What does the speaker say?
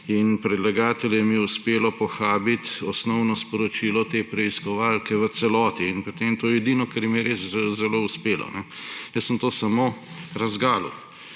In predlagateljem je uspelo pohabiti osnovno sporočilo te preiskovalke v celoti in potem je to edino, kar jim je res zelo uspelo. Jaz sem to samo razgalil.